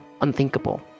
Unthinkable